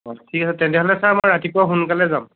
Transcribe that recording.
ঠিক আছে তেতিয়া হ'লে ছাৰ মই ৰাতিপুৱা সোনকালে যাম